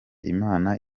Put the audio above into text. imana